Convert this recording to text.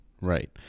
Right